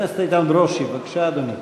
חבר הכנסת איתן ברושי, בבקשה, אדוני.